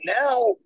now